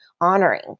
honoring